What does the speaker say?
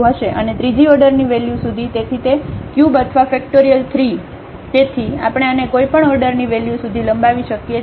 અને ત્રીજી ઓર્ડરની વેલ્યુ સુધી તેથી ³ અથવા ફક્ટોરીયલ 3 તેથી આપણે આને કોઈપણ ઓર્ડરની વેલ્યુ સુધી લંબાવી શકીએ છીએ